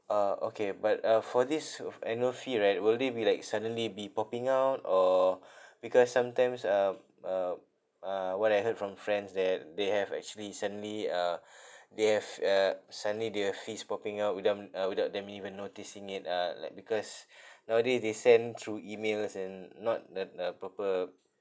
ah okay but uh for this oo f~ annual fee right will they be like suddenly be popping out or because sometimes um um uh what I heard from friends that they have actually suddenly uh they have uh suddenly they have fees popping out withthem uh without them even noticing it uh like because nowadays they send through emails and not the the proper